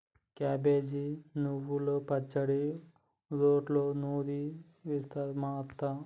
cabbage నువ్వల పచ్చడి రోట్లో నూరి చేస్తది మా అత్త